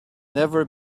never